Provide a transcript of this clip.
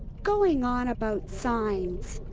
going on about signs.